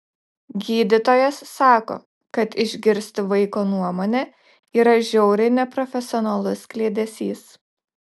gydytojas sako kad išgirsti vaiko nuomonę yra žiauriai neprofesionalus kliedesys